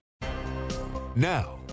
Now